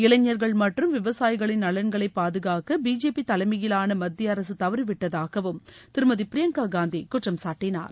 இளைஞர்கள் மற்றும் விவசாயிகளின் நலன்களை பாதுகாக்க பிஜேபி தலைமையிலான மத்திய அரசு தவறிவிட்டதாகவும் திருமதி பிரியங்கா காந்தி குற்றம் சாட்டினார்